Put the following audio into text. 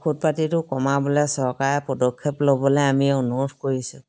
ঔষধ পাতিটো কমাবলৈ চৰকাৰে পদক্ষেপ ল'বলৈ আমি অনুৰোধ কৰিছোঁ